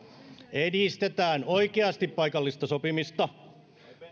edistetään oikeasti paikallista sopimista